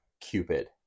cupid